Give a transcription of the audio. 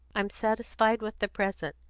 i'm satisfied with the present,